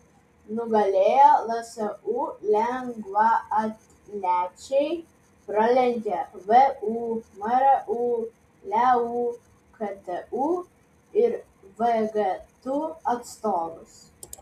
nugalėjo lsu lengvaatlečiai pralenkę vu mru leu ktu ir vgtu atstovus